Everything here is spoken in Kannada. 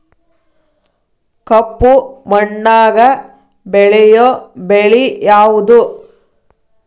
ಕಪ್ಪು ಮಣ್ಣಾಗ ಬೆಳೆಯೋ ಬೆಳಿ ಯಾವುದು?